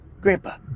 Grandpa